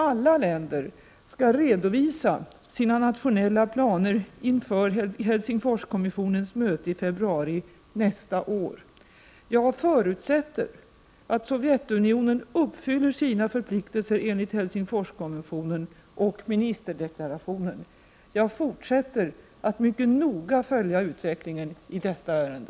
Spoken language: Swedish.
Alla länder skall redovisa sina nationella planer inför Helsingforskommissionens möte i februari nästa år. Jag förutsätter att Sovjetunionen uppfyller sina förpliktelser enligt Helsingforskonventionen och ministerdeklarationen. Jag fortsätter att mycket noga följa utvecklingen i detta ärende.